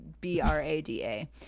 B-R-A-D-A